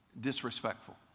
disrespectful